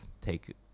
take